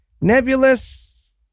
nebulous